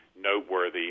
noteworthy